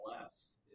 less